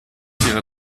ihre